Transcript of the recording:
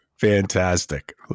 fantastic